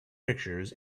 pictures